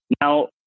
Now